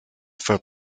for